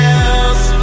else